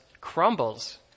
crumbles